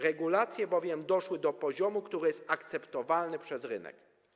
Regulacje bowiem doszły do poziomu, który jest akceptowalny przez rynek.